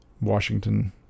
Washington